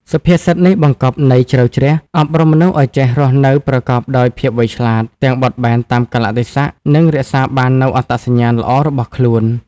សុភាសិតនេះបង្កប់ន័យជ្រៅជ្រះ អប់រំមនុស្សឱ្យចេះរស់នៅប្រកបដោយភាពវៃឆ្លាត ទាំងបត់បែនតាមកាលៈទេសៈ និងរក្សាបាននូវអត្តសញ្ញាណល្អរបស់ខ្លួន។